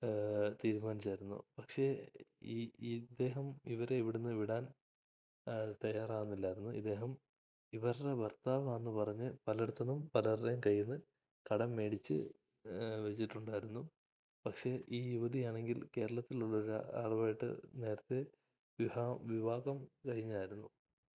തീരുമാനിച്ചിരുന്നു പക്ഷേ ഈ ഈ ഇദ്ദേഹം ഇവരെ ഇവിടെനിന്ന് വിടാൻ തയ്യാറാവുന്നില്ലായിരുന്നു ഇദ്ദേഹം ഇവരുടെ ഭർത്താവാണെന്നു പറഞ്ഞ് പലയിടത്തുനിന്നും പലരുടേയും കയ്യിൽനിന്ന് കടം മേടിച്ചു വെച്ചിട്ടുണ്ട് അതിൽനിന്ന് പക്ഷേ ഈ യുവതിയാണെങ്കിൽ കേരളത്തിലുള്ള ഒരാളുമായിട്ട് നേരത്തെ വിവാഹം കഴിഞ്ഞിരുന്നു